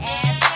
ass